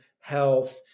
health